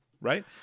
right